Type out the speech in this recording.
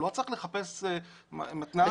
הוא לא צריך לחפש מתנ"ס וכדומה.